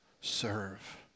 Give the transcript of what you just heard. serve